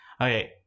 Okay